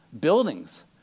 buildings